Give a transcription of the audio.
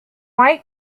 white